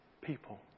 people